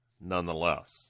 nonetheless